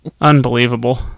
Unbelievable